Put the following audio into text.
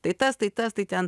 tai tas tai tas tai ten